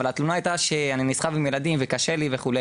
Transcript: אבל התלונה היתה שאני נסחב עם ילדים וקשה לי וכו',